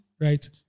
Right